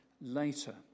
later